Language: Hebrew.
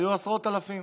היו עשרות אלפים.